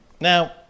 now